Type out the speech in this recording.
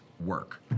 work